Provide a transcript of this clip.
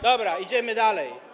Dobra, idziemy dalej.